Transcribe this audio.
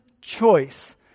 choice